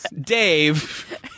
Dave